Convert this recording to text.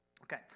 Okay